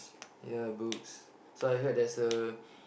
ya books so I hears there's a